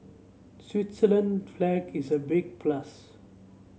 Switzerland flag is a big plus